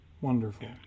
Wonderful